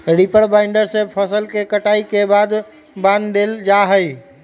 reaper binder से फसल के कटाई के बाद बान देल जाई छई